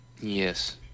Yes